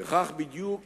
וכך, בדיוק